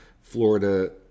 Florida